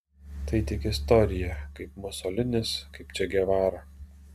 tai tik istorija kaip musolinis kaip če gevara